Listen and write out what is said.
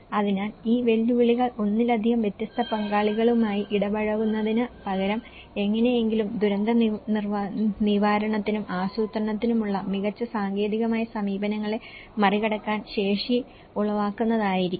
അതിനാൽ ഈ വെല്ലുവിളികൾ ഒന്നിലധികം വ്യത്യസ്ത പങ്കാളികളുമായി ഇടപഴകുന്നതിന് പകരം എങ്ങനെയെങ്കിലും ദുരന്തനിവാരണത്തിനും ആസൂത്രണത്തിനുമുള്ള തികച്ചും സാങ്കേതികമായ സമീപനങ്ങളെ മറികടക്കാൻ ശേഷി ഉളവാക്കുന്നതായിരിക്കണം